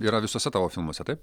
yra visuose tavo filmuose taip